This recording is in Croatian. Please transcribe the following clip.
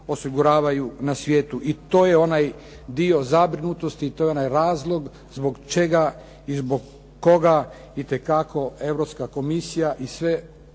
osiguravaju na svijetu i to je onaj dio zabrinutosti i to je onaj razlog zbog čega i zbog koga itekako Europska komisija i sve